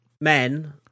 men